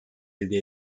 elde